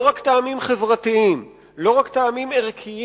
לא רק טעמים חברתיים, לא רק טעמים ערכיים